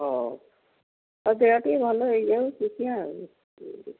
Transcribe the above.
ହଉ ଦେହ ଟିକେ ଭଲ ହେଇଯାଉ ଦେଖିବା ଆଉ